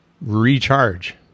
recharge